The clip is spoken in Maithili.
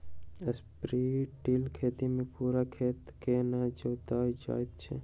स्ट्रिप टिल खेती मे पूरा खेत के नै जोतल जाइत छै